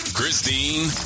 Christine